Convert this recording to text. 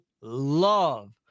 love